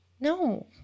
No